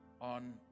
on